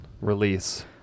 release